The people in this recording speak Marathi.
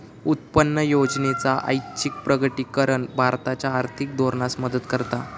उत्पन्न योजनेचा ऐच्छिक प्रकटीकरण भारताच्या आर्थिक धोरणास मदत करता